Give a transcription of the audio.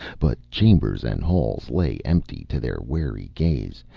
but chambers and halls lay empty to their wary gaze,